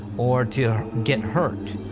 or to get hurt.